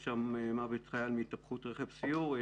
יש שם מוות חייל מהתהפכות רכב סיור,